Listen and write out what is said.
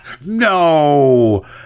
no